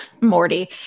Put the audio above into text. Morty